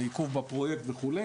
עיכוב בפרויקט וכו',